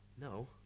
no